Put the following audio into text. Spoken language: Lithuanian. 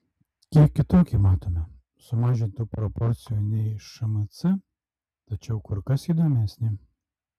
kiek kitokį matome sumažintų proporcijų nei šmc tačiau kur kas įdomesnį